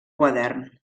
quadern